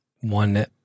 one